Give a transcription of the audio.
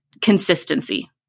consistency